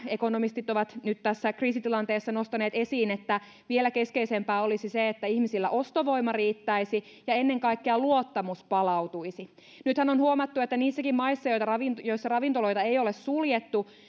ekonomistit ovat nyt tässä kriisitilanteessa nostaneet esiin että vielä keskeisempää olisi se että ihmisillä ostovoima riittäisi ja ennen kaikkea luottamus palautuisi nythän on huomattu että niissäkin maissa joissa ravintoloita ei ole suljettu